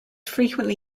frequently